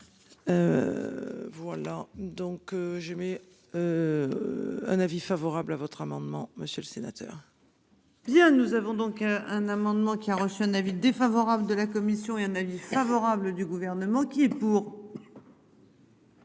Voilà donc j'émets. Un avis favorable à votre amendement. Monsieur le sénateur. Bien nous avons donc un amendement qui a reçu un avis défavorable de la commission et un avis favorable du gouvernement qui est pour.